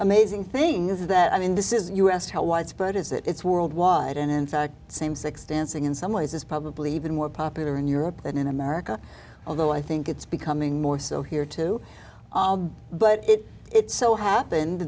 amazing things that i mean this is us how widespread is that it's worldwide and in fact same six dancing in some ways is probably even more popular in europe than in america although i think it's becoming more so here too but it it so happened